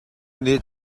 nih